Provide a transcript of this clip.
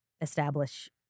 establish